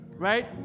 Right